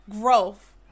growth